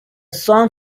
song